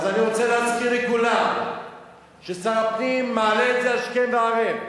אז אני רוצה להזכיר לכולם ששר הפנים מעלה את זה השכם והערב.